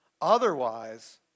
Otherwise